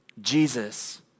Jesus